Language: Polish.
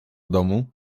domu